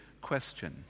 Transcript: question